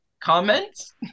Comments